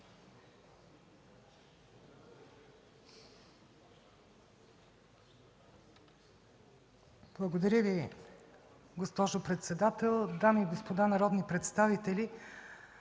Благодаря Ви, госпожо председател. Дами и господа народни представители,